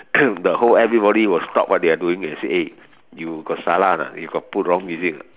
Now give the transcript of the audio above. the whole everybody will stop what they are doing and say eh you got salah or not you got put wrong music or not